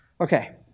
Okay